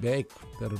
beveik per